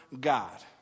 God